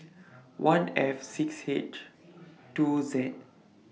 one F six H two Z